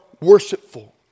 worshipful